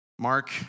Mark